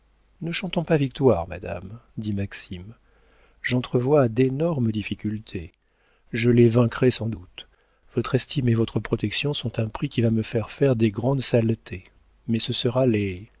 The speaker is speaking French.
ne chantons pas victoire madame dit maxime j'entrevois d'énormes difficultés je les vaincrai sans doute votre estime et votre protection sont un prix qui va me faire faire de grandes saletés mais ce sera les